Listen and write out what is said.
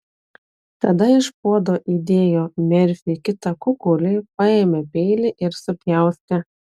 tada iš puodo įdėjo merfiui kitą kukulį paėmė peilį ir supjaustė